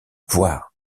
voire